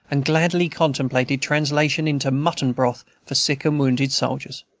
and gladly contemplated translation into mutton-broth for sick or wounded soldiers.